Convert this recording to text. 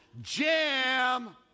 jam